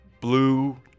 Blue